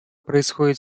происходит